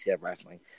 Wrestling